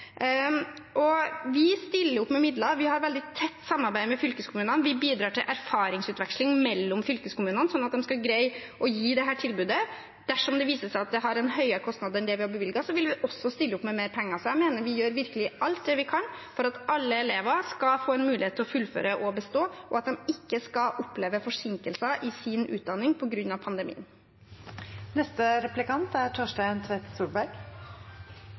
Vi stiller opp med midler, vi har veldig tett samarbeid med fylkeskommunene. Vi bidrar til erfaringsutveksling mellom fylkeskommunene sånn at de skal greie å gi dette tilbudet. Dersom det viser seg at det har en høyere kostnad enn det vi har bevilget, vil vi også stille opp med mer penger. Så jeg mener vi virkelig gjør alt det vi kan for at alle elever skal få en mulighet til å fullføre og bestå, og at de ikke skal oppleve forsinkelser i sin utdanning på grunn av pandemien. Ett av de største uromomentene for en del elever nå er